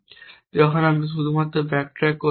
যখন আপনি শুধুমাত্র ব্যাক ট্র্যাক করতে পারেন